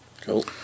Cool